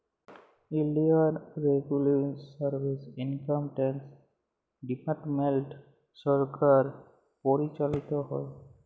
ইলডিয়াল revenue service, income tax department সরকার পরিচালিত হ্যয়